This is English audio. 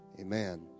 Amen